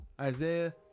isaiah